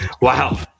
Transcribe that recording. Wow